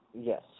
Yes